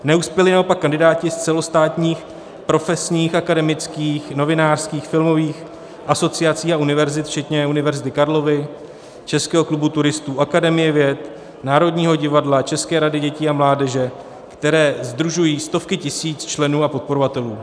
Neuspěli naopak kandidáti z celostátních profesních, akademických, novinářských, filmových asociací a univerzit včetně Univerzity Karlovy, Českého klubu turistů, Akademie věd, Národního divadla, České rady dětí a mládeže, které sdružují stovky tisíc členů a podporovatelů.